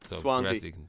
Swansea